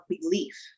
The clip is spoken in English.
belief